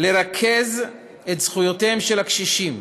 לרכז את זכויותיהם של הקשישים,